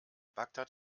bagdad